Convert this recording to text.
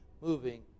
moving